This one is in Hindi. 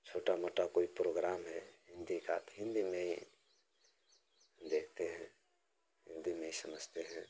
छोटा मोटा कोई प्रोग्राम है हिन्दी का तो हिन्दी में ही देखते हैं हिन्दी में ही समझते हैं